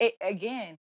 Again